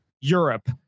Europe